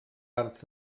arts